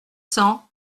cents